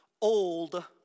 old